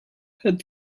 had